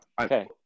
Okay